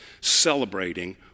celebrating